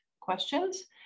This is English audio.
questions